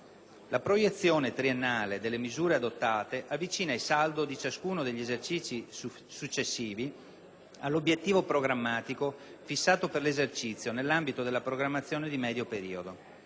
La proiezione triennale delle misure adottate avvicina il saldo di ciascuno degli esercizi successivi all'obiettivo programmatico fissato per l'esercizio, nell'ambito della programmazione di medio periodo.